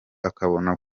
akabona